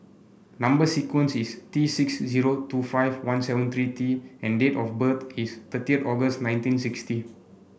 number sequence is T six zero two five one seven three T and date of birth is thirty August nineteen sixty